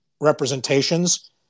representations